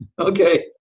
Okay